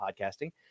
podcasting